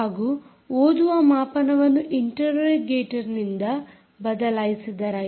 ಹಾಗೂ ಓದುವ ಮಾಪನವನ್ನು ಇಂಟೆರೋಗೇಟರ್ನಿಂದ ಬದಲಿಸಿದರಾಯಿತು